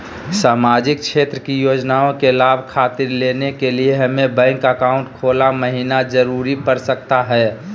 सामाजिक क्षेत्र की योजनाओं के लाभ खातिर लेने के लिए हमें बैंक अकाउंट खोला महिना जरूरी पड़ सकता है?